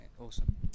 Awesome